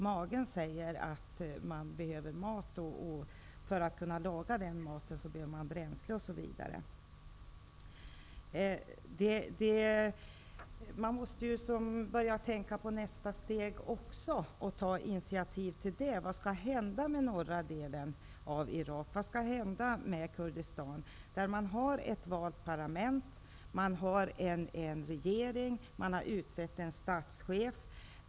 Magen säger att den behöver mat, och för att kunna laga den maten behöver man bränsle. Man måste tänka på nästa steg och ta initiativ. Vad skall hända med norra delen av Irak? Vad skall hända med Kurdistan? Det finns ett valt parlament och en regering. En statschef har utsetts.